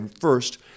first